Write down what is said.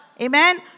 Amen